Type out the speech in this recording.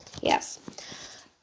Yes